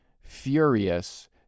furious